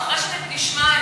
אחרי שנשמע,